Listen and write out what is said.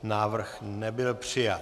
Návrh nebyl přijat.